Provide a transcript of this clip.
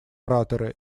ораторы